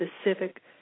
specific